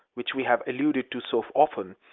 which we have alluded to so often,